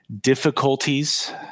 difficulties